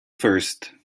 first